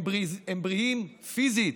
הם בריאים פיזית,